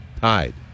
tied